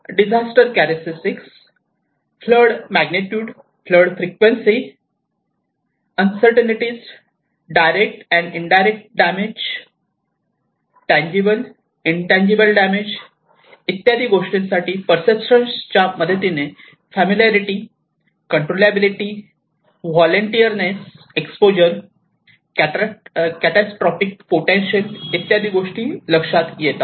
disaster characteristics flood magnitude flood frequency uncertainties direct and indirect damage tangible intangible damage इत्यादी गोष्टींसाठी perceptions च्या मदतीने familiarity control ability voluntariness exposure catastrophic potential इत्यादी गोष्टी लक्षात येतात